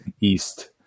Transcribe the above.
east